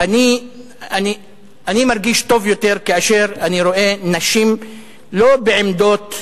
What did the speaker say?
אני מרגיש טוב יותר כאשר אני רואה נשים לא בעמדות